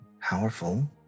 powerful